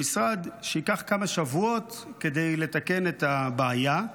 המשרד, שייקח כמה שבועות כדי לתקן את הבעיה.